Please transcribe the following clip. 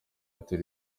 airtel